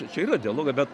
čia yra dialogai bet